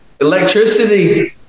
electricity